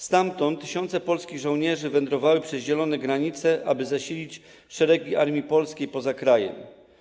Stamtąd tysiące polskich żołnierzy wędrowały przez zielone granice, aby zasilić szeregi armii polskiej poza krajem.